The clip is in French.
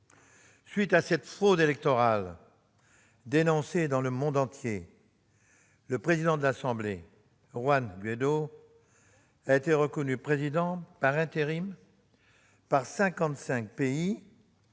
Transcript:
suite de cette fraude électorale, dénoncée dans le monde entier, le président de l'Assemblée nationale, Juan Guaidó, a été reconnu président par intérim par 55 pays,